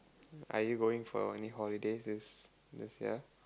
are you going for any holidays this this year